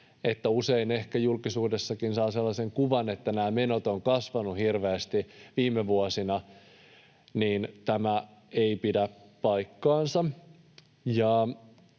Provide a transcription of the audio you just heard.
Usein ehkä julkisuudestakin saa sellaisen kuvan, että nämä menot ovat kasvaneet hirveästi viime vuosina, mutta tämä ei pidä paikkansa.